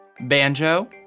Banjo